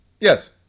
Yes